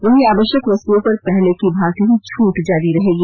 वहीं आवश्यक वस्तुओं पर पहले की भांति ही छूट जारी रहेगी